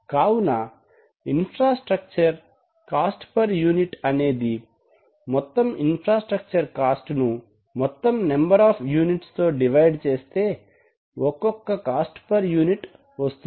కావున infrastructure cost per unit అనేది మొత్తం ఇన్ఫ్రాస్ట్రక్చర్ కాస్ట్ ను మొత్తం నెంబర్ ఆఫ్ యూనిట్స్ తో డివైడ్ చేస్తే ఒక్కొక్క కాస్ట్ ఫర్ యూనిట్ వస్తుంది